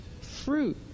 fruit